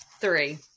three